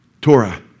Torah